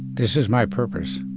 this is my purpose.